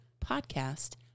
podcast